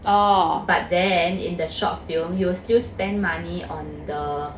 but then in the short film you will still spend money on the